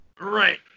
Right